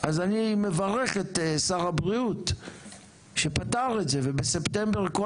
אז אני מברך את שר הבריאות שפתר את זה ובספטמבר כל